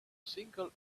single